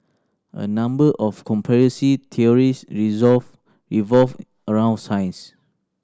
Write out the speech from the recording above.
a number of conspiracy theories resolve revolve around science